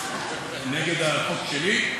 נגד החוק שלי?